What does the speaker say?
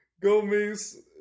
Gomez